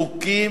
חוקים,